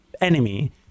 enemy